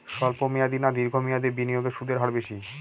স্বল্প মেয়াদী না দীর্ঘ মেয়াদী বিনিয়োগে সুদের হার বেশী?